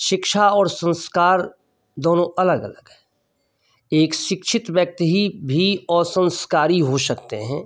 शिक्षा और संस्कार दोनों अलग अलग है एक शिक्षित व्यक्ति ही भी असंस्कारी हो सकते हैं